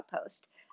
post